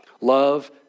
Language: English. love